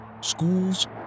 schools